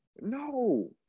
No